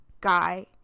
Guy